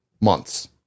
months